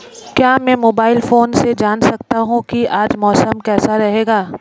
क्या मैं mobile phone से जान सकता हूँ कि आज मौसम कैसा रहेगा?